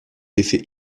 effet